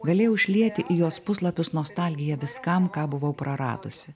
galėjau išlieti į jos puslapius nostalgiją viskam ką buvau praradusi